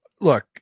Look